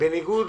בניגוד